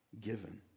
given